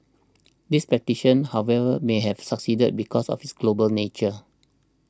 this petition however may have succeeded because of its global nature